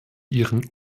ihren